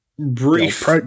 Brief